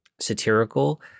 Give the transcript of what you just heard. satirical